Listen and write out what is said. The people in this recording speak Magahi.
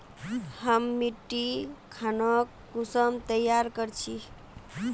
हम मिट्टी खानोक कुंसम तैयार कर छी?